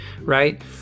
right